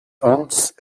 onns